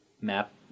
map